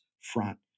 front